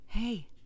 Hey